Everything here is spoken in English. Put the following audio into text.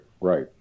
right